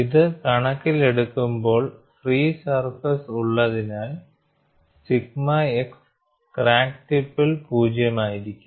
ഇത് കണക്കിലെടുക്കുമ്പോൾ free surface ഉള്ളതിനാൽ സിഗ്മ x ക്രാക്ക് ടിപ്പിൽ പൂജ്യമായിരിക്കും